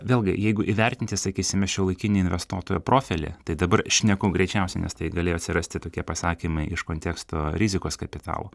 vėlgi jeigu įvertinti sakysim šiuolaikinį investuotojo profilį tai dabar šneku greičiausiai nes tai galėjo atsirasti tokie pasakymai iš konteksto rizikos kapitalo